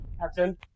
Captain